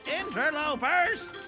Interlopers